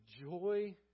joy